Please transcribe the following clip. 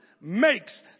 makes